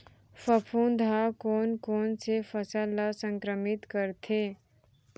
फफूंद ह कोन कोन से फसल ल संक्रमित करथे?